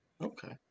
okay